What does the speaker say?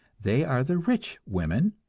they are the rich women,